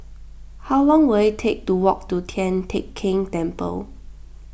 how long will it take to walk to Tian Teck Keng Temple